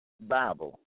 Bible